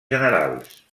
generals